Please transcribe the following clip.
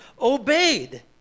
obeyed